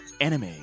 anime